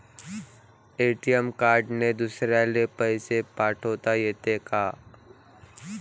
ATM कार्डने दुसऱ्याले पैसे पाठोता येते का?